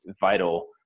vital